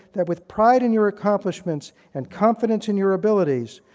that with pride in your accomplishments, and confidence in your abilities,